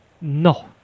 No